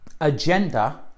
agenda